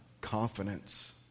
confidence